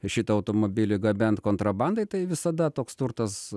šitą automobilį gabenti kontrabandai tai visada toks turtas